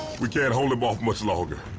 we can't hold him off much longer.